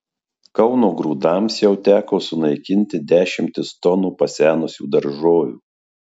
kauno grūdams jau teko sunaikinti dešimtis tonų pasenusių daržovių